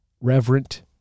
reverent